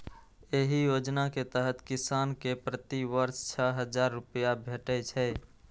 एहि योजना के तहत किसान कें प्रति वर्ष छह हजार रुपैया भेटै छै